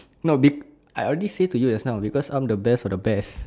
no be~ I already say to you just now because I am the best of the best